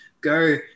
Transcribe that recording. go